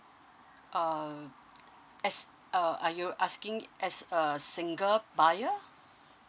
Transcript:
um as uh are you asking as a single buyer